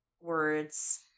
words